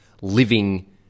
living